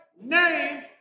name